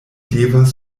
devas